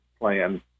plan